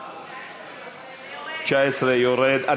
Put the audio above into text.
יורד.